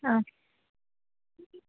ಹಾಂ